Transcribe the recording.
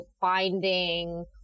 finding